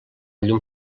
llum